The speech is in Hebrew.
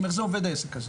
איך זה עובד העסק הזה?